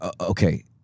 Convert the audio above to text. Okay